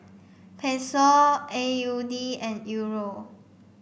Peso A U D and Euro